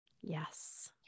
Yes